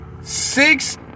six